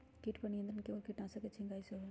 किट पर नियंत्रण केवल किटनाशक के छिंगहाई से होल?